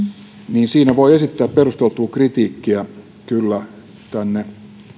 niin siinä voi esittää perusteltua kritiikkiä kyllä tänne